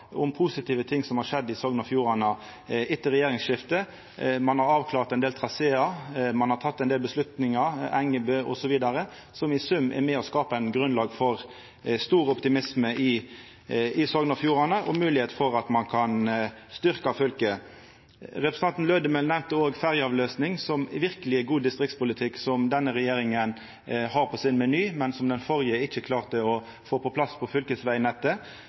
om positive ting som har skjedd i Sogn og Fjordane etter regjeringsskiftet. Ein har avklart ein del trasear, ein har teke ein del avgjerder – Engebø osv. – som i sum er med på å skapa eit grunnlag for stor optimisme i Sogn og Fjordane og moglegheit for at ein kan styrkja fylket. Representanten Lødemel nemnde òg ferjeavløysing, som verkeleg er god distriktspolitikk, og som denne regjeringa har på sin meny, men som den førre ikkje klarte å få på plass på fylkesvegnettet.